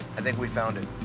i think we found it.